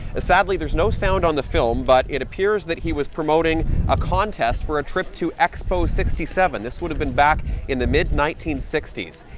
sadly, there's no sound on the film, but it appears that he was promoting a contest for a trip to expo sixty seven this would have been back in the mid nineteen sixty s.